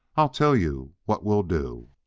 i'll tell you what we'll do!